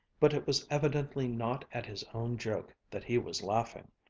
but it was evidently not at his own joke that he was laughing.